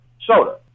soda